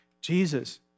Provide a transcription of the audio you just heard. Jesus